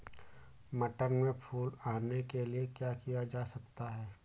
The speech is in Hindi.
मटर में फूल आने के लिए क्या किया जा सकता है?